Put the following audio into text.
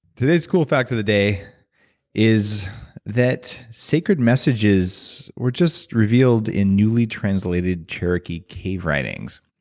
today's cool fact of the day is that sacred messages were just revealed in newly translated cherokee cave writings.